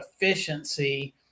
efficiency